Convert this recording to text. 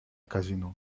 casino